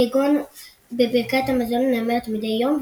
כגון בברכת המזון הנאמרת מדי יום,